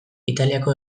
italiako